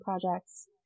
projects